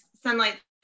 sunlight